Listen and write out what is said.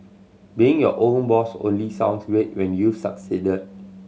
being your own boss only sounds great when you've succeeded